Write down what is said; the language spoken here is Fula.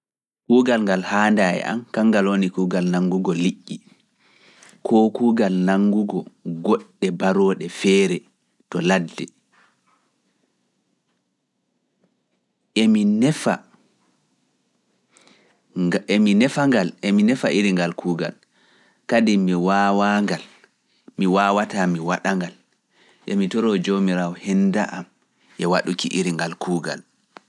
Kuugal ngal haanda e am, kangal woni kuugal nanngugo liƴƴi, koo kuugal nanngugo goɗɗe barooɗe feere to ladde, emi nefa iri ngal kuugal, kadi mi waawaa ngal, mi waawataa mi waɗa ngal, emi toroo Joomiraawo henda am e waɗuki iri ngal kuugal.